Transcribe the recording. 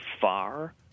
far